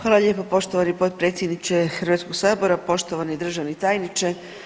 Hvala lijepo poštovani potpredsjedniče Hrvatskog sabora, poštovani državni tajniče.